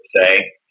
say